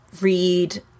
read